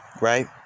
right